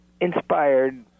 inspired